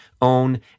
own